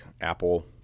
apple